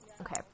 Okay